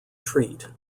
treat